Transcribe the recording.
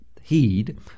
heed